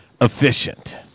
efficient